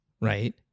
right